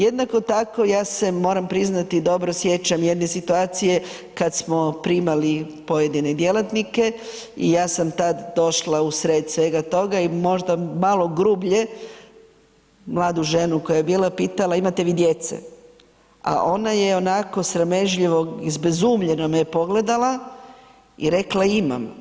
Jednako tako ja se moram priznati dobro sjećam jedne situacije kad smo primali pojedine djelatnike i ja sam tad došla u sred svega toga i možda malo grublje mladu ženu koja je bila pitala, imate vi djece, a ona je onako sramežljivo, izbezumljeno me je pogledala i rekla imam.